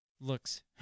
looks